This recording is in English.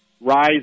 rise